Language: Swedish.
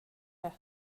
det